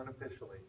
unofficially